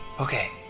Okay